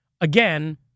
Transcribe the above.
Again